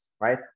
right